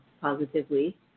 positively